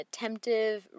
attemptive